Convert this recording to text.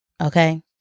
Okay